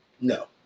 No